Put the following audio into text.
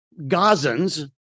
Gazans